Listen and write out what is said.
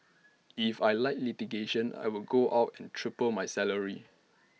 if I liked litigation I would go out and triple my salary